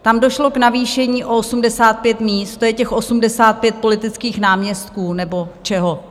Tam došlo k navýšení o 85 míst, to je těch 85 politických náměstků nebo čeho.